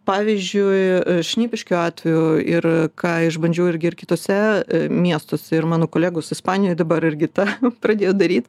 pavyzdžiui šnipiškių atveju ir ką išbandžiau irgi ir kituose miestuose ir mano kolegos ispanijoje dabar irgi tą pradėjo daryt